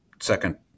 second